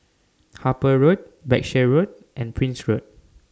Harper Road Berkshire Road and Prince Road